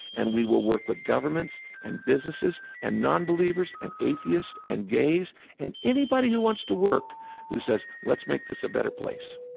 and we will work with governments and businesses and non-believers and atheists and gays and anybody who wants to work who says, let's make this a better place